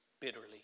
bitterly